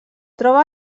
troba